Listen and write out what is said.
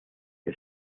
que